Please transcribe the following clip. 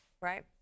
Right